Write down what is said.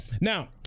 now